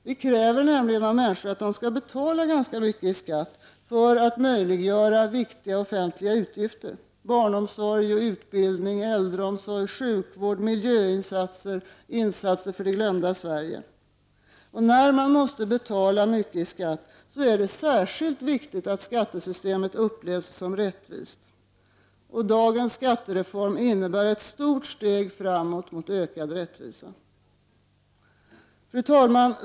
Vi kräver nämligen av människor att de skall betala ganska mycket i skatt för att möjliggöra viktiga offentliga utgifter — barnomsorg, utbildning, äldreomsorg, sjukvård, miljöinsatser och insatser för det glömda Sverige. När man måste betala ganska mycket i skatt är det särskilt viktigt att skattesystemet upplevs som rättvist. Dagens skattereform innebär ett stort steg mot ökad rättvisa. Fru talman!